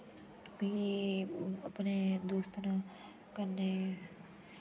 मिगी आपने दोस्ते न कन्ने